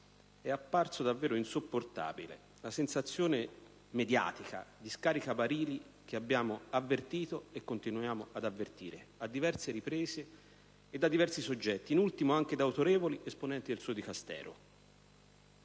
è apparsa davvero insopportabile la sensazione mediatica di scaricabarile che abbiamo avvertito e continuiamo ad avvertire a diverse riprese e da diversi soggetti, in ultimo anche da autorevoli esponenti del suo Dicastero.